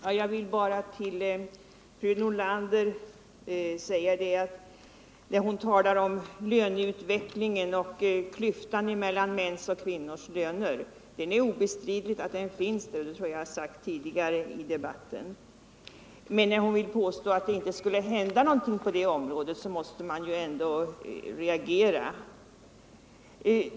Herr talman! Fru Nordlander talar om löneutvecklingen och klyftan mellan män och kvinnors löner. Det är obestridligt att en sådan klyfta finns. Det tror jag att jag har sagt tidigare under debatten. Men när fru Nordlander vill påstå att det inte skulle hända något på detta område måste man ändå reagera.